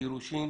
הגירושין